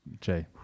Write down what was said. Jay